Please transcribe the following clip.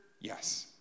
yes